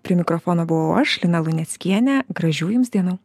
prie mikrofono buvau aš lina luneckienė gražių jums dienų